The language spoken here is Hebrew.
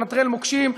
לנטרל מוקשים,